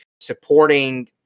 supporting